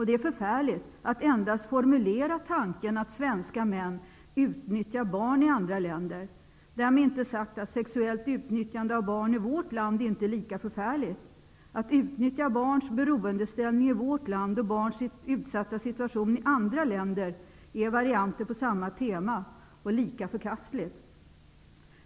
Det är förfärligt att endast formulera tanken att svenska män utnyttjar barn i andra länder. Därmed inte sagt att sexuellt utnyttjande av barn i vårt land inte är lika förfärligt. Att utnyttja barns beroendeställning i vårt land och barns utsatta situation i andra länder är varianter på samma tema och lika förkastligt.